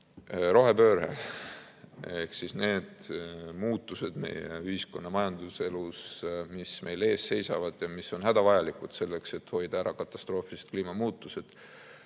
Rohepööre ehk need muutused meie ühiskonna majanduselus, mis meil ees seisavad ja mis on hädavajalikud selleks, et hoida ära katastroofilised kliimamuutused,